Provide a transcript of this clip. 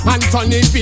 Anthony